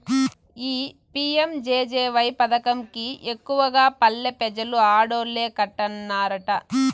ఈ పి.యం.జె.జె.వై పదకం కి ఎక్కువగా పల్లె పెజలు ఆడోల్లే కట్టన్నారట